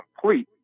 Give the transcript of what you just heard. complete